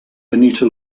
anita